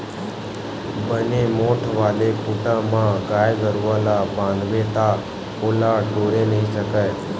बने मोठ्ठ वाले खूटा म गाय गरुवा ल बांधबे ता ओला टोरे नइ सकय